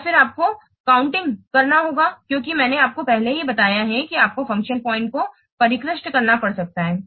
और फिर आपको गणना करना होगा क्योंकि मैंने आपको पहले ही बताया है कि आपको फ़ंक्शन पॉइंट को परिष्कृत करना पड़ सकता है